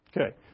Okay